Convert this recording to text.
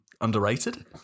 underrated